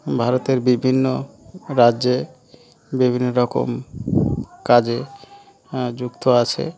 ভারতের বিভিন্ন রাজ্যে বিভিন্ন রকম কাজে যুক্ত আছে